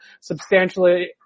substantially